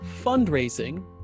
fundraising